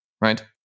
right